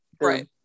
right